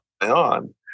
on